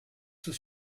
sous